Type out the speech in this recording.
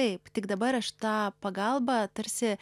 taip tik dabar aš tą pagalbą tarsi